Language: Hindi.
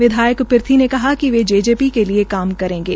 विधायक पिरथी ने कहा कि वे जे जे पी के लिये काम करेंगे